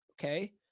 okay